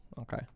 Okay